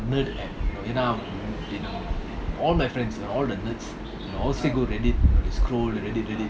எனா:yena all my friends all the nerds you know all say go reddit it's cool reddit reddit